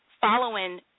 following